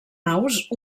aus